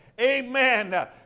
amen